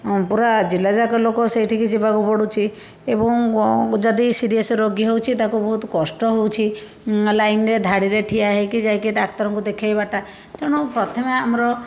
ଅ ପୁରା ଜିଲ୍ଲାଯାକ ଲୋକ ସେଇଠିକି ଯିବାକୁ ପଡ଼ୁଛି ଏବଂ ଯଦି ସିରିଏସ ରୋଗୀ ହେଉଛି ତାକୁ ବହୁତ କଷ୍ଟ ହେଉଛି ଲାଇନରେ ଧାଡ଼ିରେ ଠିଆ ହେଇକି ଯାଇକି ଡ଼ାକ୍ତରଙ୍କୁ ଦେଖାଇବାଟା ତେଣୁ ପ୍ରଥମେ ଆମର